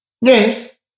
Yes